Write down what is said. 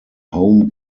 home